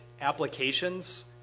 applications